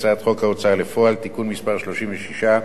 הצעת חוק ההוצאה לפועל (תיקון מס' 36),